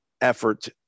effort